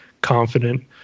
confident